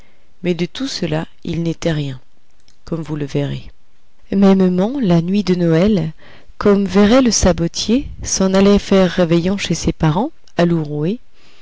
mais de tout cela il n'était rien comme vous verrez mêmement la nuit de noël comme véret le sabotier s'en allait faire réveillon chez ses parents